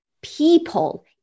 people